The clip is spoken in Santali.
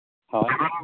ᱦᱚᱭ